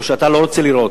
או שאתה לא רוצה לראות?